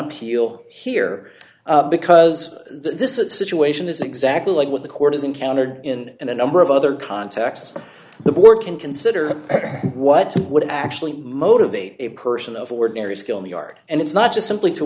appeal here because this situation is exactly what the court has encountered in a number of other contexts the board can consider what would actually motivate a person of ordinary skill in the art and it's not just simply to